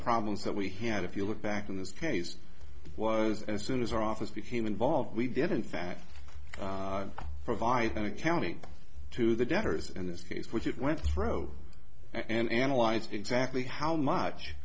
problems that we had if you look back in this case was as soon as our office became involved we did in fact provide an accounting to the debtors in this case which it went through and analyzed exactly how much